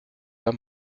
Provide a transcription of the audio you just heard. pas